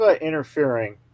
interfering